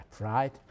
right